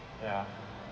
ya